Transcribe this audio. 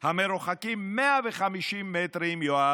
המרוחקים 150 מטרים, יואב,